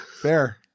Fair